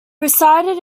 resided